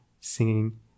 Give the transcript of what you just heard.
singing